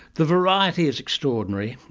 the variety is extraordinary,